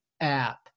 app